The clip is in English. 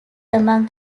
among